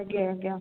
ଆଜ୍ଞା ଆଜ୍ଞା